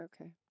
Okay